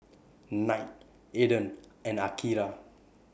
Knight Aden and Akira